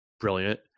brilliant